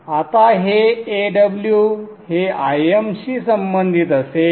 आता हे Aw हे Im शी संबंधित असेल